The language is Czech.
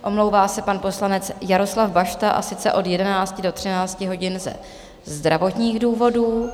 Omlouvá se pan poslanec Jaroslav Bašta, a sice od 11 do 13 hodin ze zdravotních důvodů.